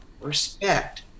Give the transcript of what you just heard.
respect